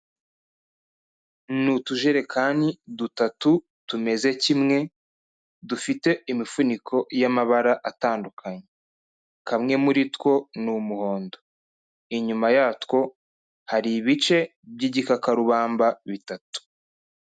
Ni utujerekani dutatu tumeze kimwe, dufite imifuniko y'amabara atandukanye. Kamwe muri two ni umuhondo. Inyuma yatwo hari ibice by'igikakarubamba bitatu.